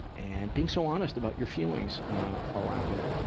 and being so honest about your feelings around it.